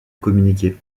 communiquer